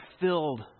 filled